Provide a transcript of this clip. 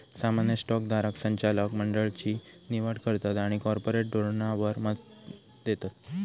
सामान्य स्टॉक धारक संचालक मंडळची निवड करतत आणि कॉर्पोरेट धोरणावर मत देतत